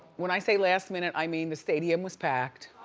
when i say last minute, i mean the stadium was packed.